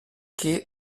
quai